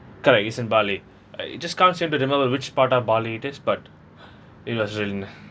correct it's in bali uh it just can't seem to remember which part of bali it is but it was really ni~